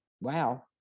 Wow